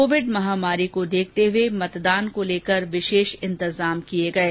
Covid महामारी को देखते हुए मतदान को लेकर विशेष इंतजाम किये गये